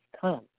come